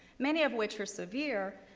many of which are severe,